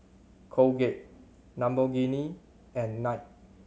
Colgate Lamborghini and Knight